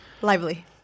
Lively